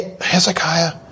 Hezekiah